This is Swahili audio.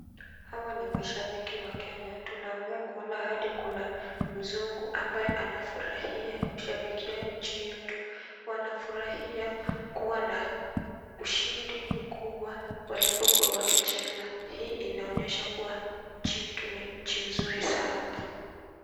Hawa ni mashabiki wa kenya, tunaweza kuona hadi kuna mzungu ambaye anafurahia kushabikia nchi yetu. Wanafurahia kuwa na ushindi mkubwa walipokuwa wakicheza. Hii inaonyesha kuwa, nchi yetu ni nchi nzuri sana.